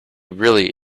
really